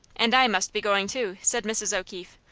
and i must be goin', too, said mrs. o'keefe.